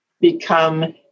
become